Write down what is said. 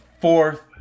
fourth